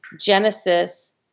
Genesis